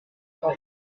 trahit